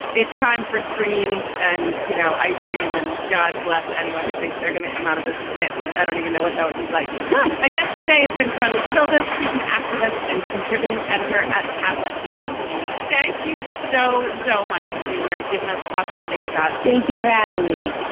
it's time for screens and, you know, ice cream. and god bless anyone who thinks they're going to come out of this report. i don't even know what that would be like but my guest today has been carly pilled us. she's an activist and contributing editor at tablet magazine. thank you so, so much for being here, giving us lots to think about. thank you for having me.